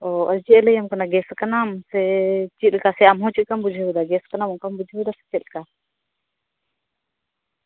ᱚ ᱪᱮᱫ ᱮᱭ ᱞᱟᱹᱭᱟᱢ ᱠᱟᱱᱟ ᱜᱮᱥ ᱠᱟᱱᱟᱢ ᱥᱮ ᱟᱢ ᱦᱚᱸ ᱪᱮᱫ ᱥᱮᱠᱟᱢ ᱵᱩᱡᱷᱟᱹᱣᱮᱫᱟ ᱜᱮᱥ ᱠᱟᱱᱟᱢ ᱚᱱᱠᱟᱢ ᱵᱩᱡᱷᱟᱹᱣᱮᱫᱟ ᱥᱮ ᱪᱮᱫ ᱞᱮᱠᱟ